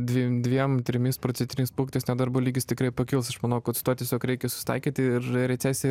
dvim dviem trimis procentiniais punktais nedarbo lygis tikrai pakils aš manau kad su tuo tiesiog reikia susitaikyti ir recesija